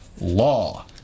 Law